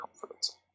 confidence